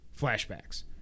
flashbacks